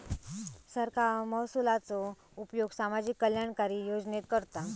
सरकार महसुलाचो उपयोग सामाजिक कल्याणकारी योजनेत करता